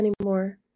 anymore